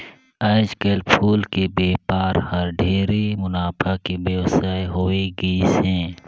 आयज कायल फूल के बेपार हर ढेरे मुनाफा के बेवसाय होवे गईस हे